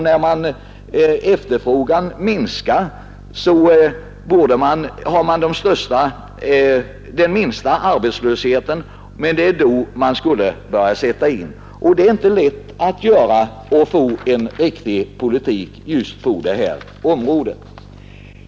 När efterfrågan minskar har man de lägsta arbetslöshetssiffrorna, men det är då åtgärder skulle behöva sättas in. Det är inte lätt att här göra en riktig avvägning.